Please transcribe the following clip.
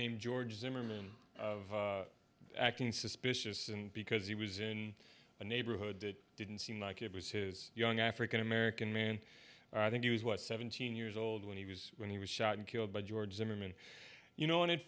named george zimmerman of acting suspicious and because he was in a neighborhood that didn't seem like it was his young african american man i think hughes was seventeen years old when he was when he was shot and killed by george zimmerman you know